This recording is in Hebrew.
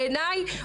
בעיניי,